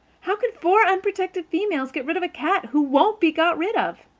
how can four unprotected females get rid of a cat who won't be got rid of?